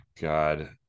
God